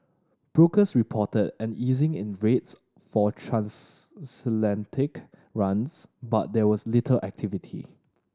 brokers reported an easing in rates for transatlantic runs but there was little activity